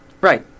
Right